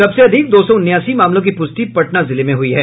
सबसे अधिक दो सौ उनासी मामलों की पुष्टि पटना जिले में हुई है